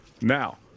now